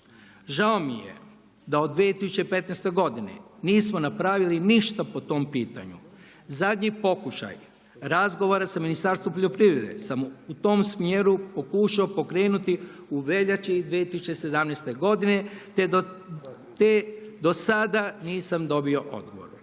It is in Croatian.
Žao mi je da u 2015. godini nismo napravili ništa po tom pitanju. Zadnji pokušaj razgovora sa Ministarstvom poljoprivrede sam u tom smjeru pokušao pokrenuti u veljači 2017. te do sada nisam dobio odgovor.